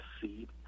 seed